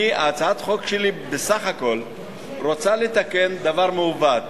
הצעת החוק שלי בסך הכול רוצה לתקן דבר מעוות.